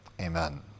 Amen